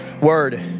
word